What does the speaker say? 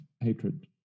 hatred